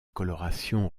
coloration